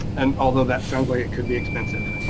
and although that sounds like it could be expensive,